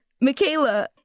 Michaela